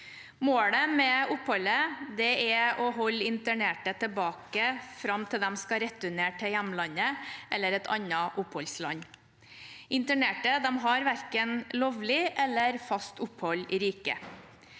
Målet med oppholdet er å holde internerte tilbake fram til de skal returneres til hjemlandet eller et annet oppholdsland. Internerte har verken lovlig eller fast opphold i riket.